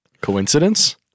Coincidence